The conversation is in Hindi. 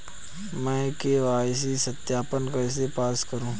मैं के.वाई.सी सत्यापन कैसे पास करूँ?